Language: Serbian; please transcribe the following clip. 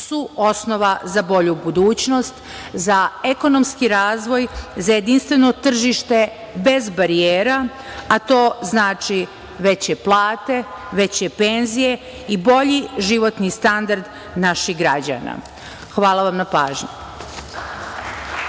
su osnova za bolju budućnost, za ekonomski razvoj, za jedinstveno tržište bez barijera, a to znači veće plate, veće penzije i bolji životni standard naših građana. Hvala vam na pažnji.